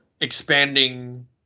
expanding